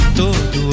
todo